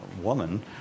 woman